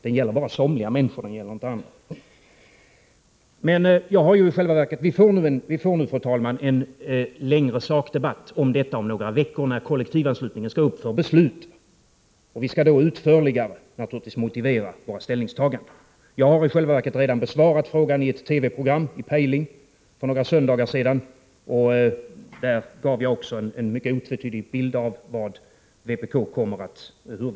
Den gäller bara somliga människor — den gäller inte alla. Vi får, fru talman, en längre sakdebatt rörande detta om några veckor, när frågan om kollektivanslutningen kommer upp till beslut. Vi skall naturligtvis då utförligare motivera våra ställningstaganden. Jag har i själva verket redan besvarat frågan i TV-programmet Pejling för ett par veckor sedan, och där gav jag också en mycket otvetydig bild av hur vpk kommer att rösta.